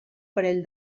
parell